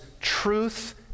truth